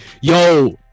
yo